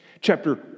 Chapter